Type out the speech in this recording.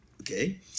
okay